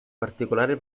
particolare